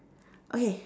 okay